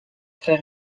très